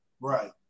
Right